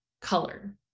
color